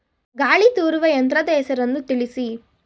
ಗಾಳಿ ತೂರುವ ಯಂತ್ರದ ಹೆಸರನ್ನು ತಿಳಿಸಿ?